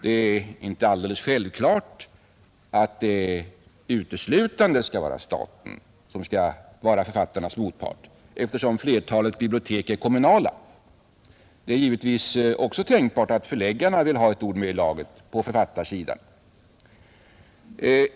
Det är inte alls självklart att det uteslutande är staten som skall vara författarnas motpart, eftersom flertalet bibliotek är kommunala. Det är givetvis också tänkbart att förläggarna vill ha ett ord med i laget på författarsidan.